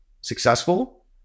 successful